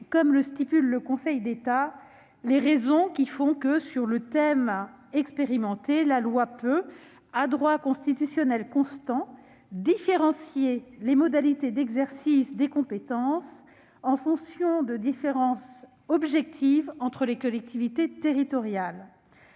comme l'indique le Conseil d'État, les raisons pour lesquelles, sur le thème expérimenté, la loi peut, à droit constitutionnel constant, différencier les modalités d'exercice des compétences en fonction de différences objectives entre les collectivités territoriales.